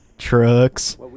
Trucks